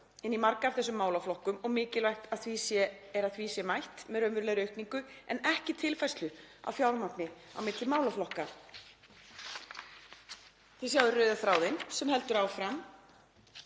inn í marga af þessum málaflokkum og mikilvægt að því sé mætt með raunverulegri aukningu en ekki tilfærslu á fjármagni milli málaflokka.“ Þið sjáið rauða þráðinn sem heldur áfram.